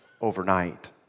overnight